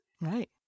Right